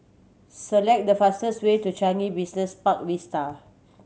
select the fastest way to Changi Business Park Vista